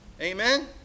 Amen